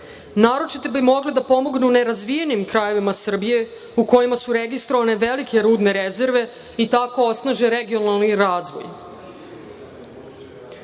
naročito bi mogle da pomogne nerazvijenim krajevima Srbije, u kojima su registrovane velike rudne rezerve i tako osnaže regionalni razvoj.